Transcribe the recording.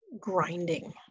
grinding